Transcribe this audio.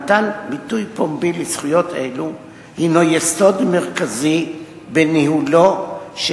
מתן ביטוי פומבי לזכויות אלה הינו יסוד מרכזי בניהולו של